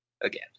Again